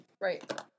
Right